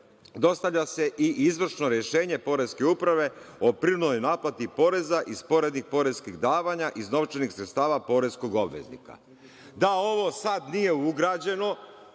dostavlja se i izvršno rešenje poreske uprave o prinudnoj naplati poreza i sporednih poreskih davanja iz novčanih sredstava poreskog obveznika. Da ovo sada nije ugrađeno,